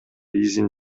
изин